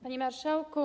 Panie Marszałku!